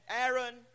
Aaron